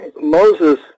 Moses